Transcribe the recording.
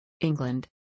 England